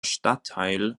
stadtteil